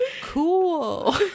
cool